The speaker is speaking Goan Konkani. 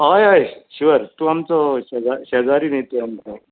हय हय शुवर तूं आमचो शेजारी न्हय तूं आमचो